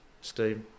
Steve